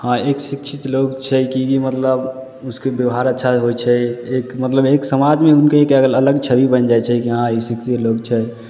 हँ एक शिक्षित लोक छै कि कि मतलब उसके बेवहार अच्छा होइ छै एक मतलब एक समाजमे हुनकर एकटा अलग छवि बनि जाइ छै कि हँ ई शिक्षित लोक छै